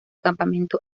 campamento